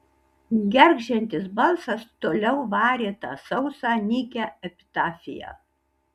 gergždžiantis balsas toliau varė tą sausą nykią epitafiją